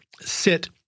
sit